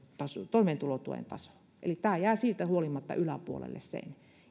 taso toimeentulotuen taso eli tämä jää siitä huolimatta sen